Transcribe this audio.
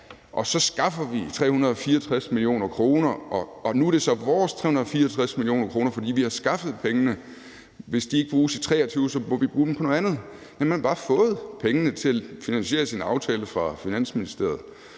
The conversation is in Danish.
og så skaffer vi 364 mio. kr., og nu er det så vores 364 mio. kr., fordi vi har skaffet pengene, og hvis de ikke bruges i 2023, må vi bruge dem på noget andet. Man har bare fået pengene fra Finansministeriet